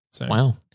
Wow